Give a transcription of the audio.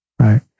right